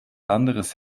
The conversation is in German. anderes